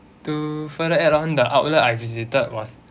to further add on the outlet I visited was